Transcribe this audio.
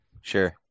sure